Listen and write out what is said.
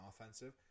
offensive